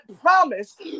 promise